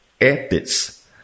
Ethics